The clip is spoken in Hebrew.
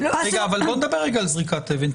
רגע, אבל בואו נדבר רגע על זריקת אבן.